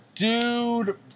Dude